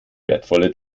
wertvolle